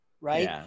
Right